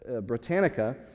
Britannica